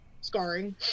scarring